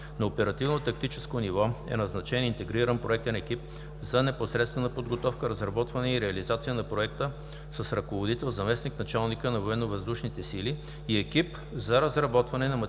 на оперативно-тактическо ниво е назначен Интегриран Проектен Екип за непосредствена подготовка, разработване и реализация на Проекта с ръководител заместник-началника на Военновъздушните сили; и - Екип за разработване на математически